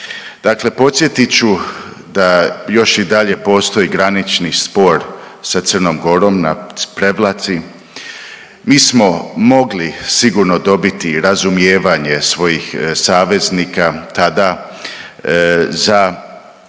Dakle, podsjetit ću da još i dalje postoji granični spor sa Crnom Gorom na Prevlaci. Mi smo mogli sigurno dobiti razumijevanje svojih saveznika tada za